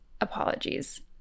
apologies